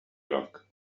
groc